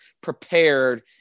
prepared